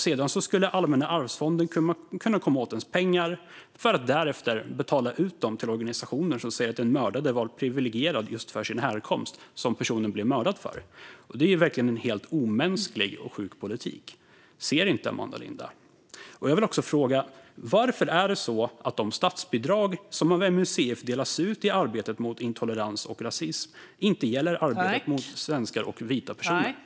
Sedan skulle Allmänna Arvsfonden kunna komma åt ens pengar för att därefter betala ut dem till organisationer som säger att den mördade var privilegierad just på grund av sin härkomst som personen blev mördad för. Det är verkligen en helt omänsklig och sjuk politik. Ser inte Amanda Lind det? Jag vill också fråga följande: Varför är det så att de statsbidrag som delas ut av MUCF i arbetet mot intolerans och rasism inte gäller arbetet mot rasism mot svenskar och vita personer?